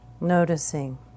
noticing